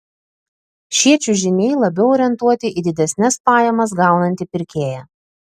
šie čiužiniai labiau orientuoti į didesnes pajamas gaunantį pirkėją